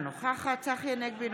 אינה נוכחת צחי הנגבי,